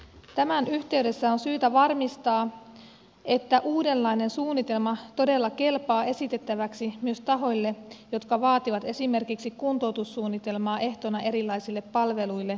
tämän yhteydessä on syytä varmistaa että uudenlainen suunnitelma todella kelpaa esitettäväksi myös tahoille jotka vaativat esimerkiksi kuntoutussuunnitelmaa ehtona erilaisille palveluille ja tuille